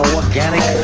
organic